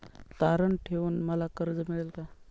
तारण ठेवून मला कर्ज मिळेल का?